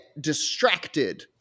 distracted